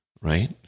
right